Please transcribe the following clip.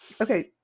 okay